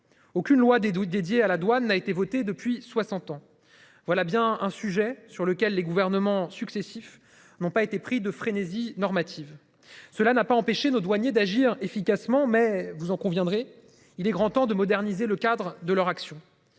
doutes dédié à la douane a été votée depuis 60 ans. Voilà bien un sujet sur lequel les gouvernements successifs n'ont pas été pris de frénésie normative. Cela n'a pas empêché nos douaniers d'agir efficacement. Mais vous en conviendrez. Il est grand temps de moderniser le cadre de leur action.